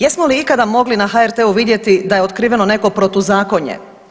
Jesmo li ikada mogli na HRT-u vidjeti da je otkriveno neko protu zakonje?